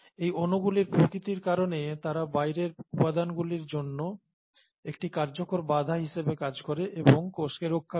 এই অণুগুলির প্রকৃতির কারণে তারা বাইরের উপাদানগুলির জন্য একটি কার্যকর বাধা হিসেবে কাজ করে এবং কোষকে রক্ষা করে